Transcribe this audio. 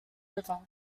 river